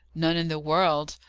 none in the world.